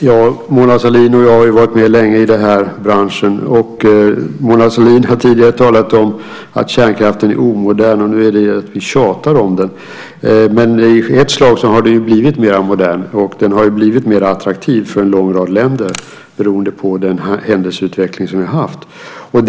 Herr talman! Mona Sahlin och jag har varit med länge i den här branschen. Mona Sahlin har tidigare talat om att kärnkraften är omodern. Nu säger hon att vi tjatar om den. Men i ett slag har den blivit mer modern, och den har blivit mer attraktiv för en lång rad länder beroende på den händelseutveckling som vi har haft.